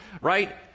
right